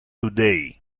today